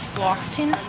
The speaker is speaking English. fluoxetine